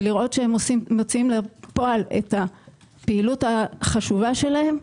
ולראות שהן מוציאות לפועל את הפעילות החשובה שלהן.